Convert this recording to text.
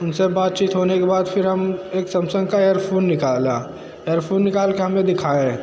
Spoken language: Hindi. उन से बातचीत होने के बाद फिर हम एक सेमसंग का एयरफ़ोन निकाले एयरफ़ोन निकाल के हम ने दिखाया